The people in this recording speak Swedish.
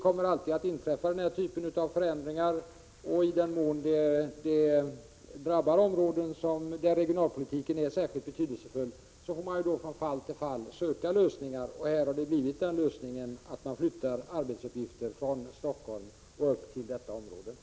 Denna typ av förändring kommer alltid att inträffa, och i den mån den drabbar områden där regionalpolitiken är särskilt betydelsefull får man från fall till fall söka lösningar. Här har lösningen varit att flytta arbetsuppgifter från Stockholm upp till detta område.